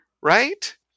right